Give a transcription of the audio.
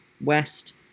west